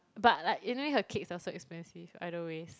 but like anyway her cakes are so expensive either ways